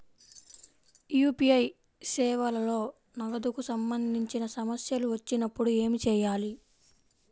UPI సేవలలో నగదుకు సంబంధించిన సమస్యలు వచ్చినప్పుడు ఏమి చేయాలి?